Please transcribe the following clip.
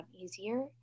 easier